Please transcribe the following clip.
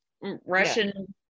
russian